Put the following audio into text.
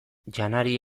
janari